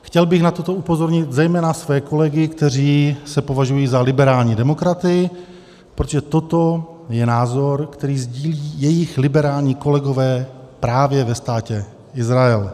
Chtěl bych na toto upozornit zejména své kolegy, kteří se považují za liberální demokraty, protože toto je názor, který sdílí jejich liberální kolegové právě ve Státě Izrael.